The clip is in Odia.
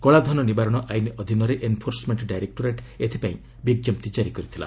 କଳାଧନ ନିବାରଣ ଆଇନ ଅଧୀନରେ ଏନ୍ଫୋର୍ସମେଣ୍ଟ ଡାଇରେକ୍ଟୋରେଟ୍ ଏଥିପାଇଁ ବିଜ୍ଞପ୍ତି କାରି କରିଥିଲା